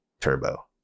turbo